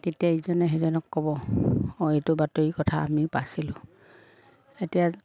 তেতিয়া ইজনে সিজনক ক'ব অঁ এইটো বাতৰি কথা আমি পাইছিলোঁ এতিয়া